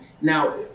Now